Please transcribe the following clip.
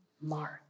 mark